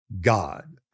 God